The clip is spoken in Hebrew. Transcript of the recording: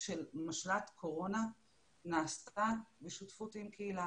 של משל"ט הקורונה נעשית בשותפות עם הקהילה.